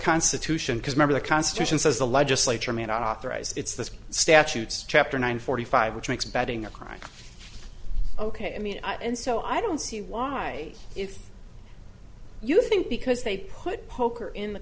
constitution because maybe the constitution says the legislature may not authorize it's the statutes chapter nine forty five which makes betting a crime ok i mean and so i don't see why if you think because they put poker in the